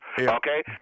Okay